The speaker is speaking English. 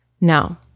No